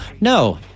No